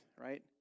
right